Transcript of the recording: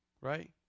right